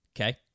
okay